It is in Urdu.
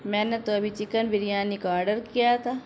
میں نے تو ابھی چکن بریانی کا آڈر کیا تھا